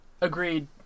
Agreed